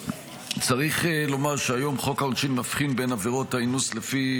צריך לומר שהיום חוק העונשין מבחין בין עבירות האינוס לפי